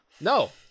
No